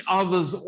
others